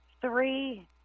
three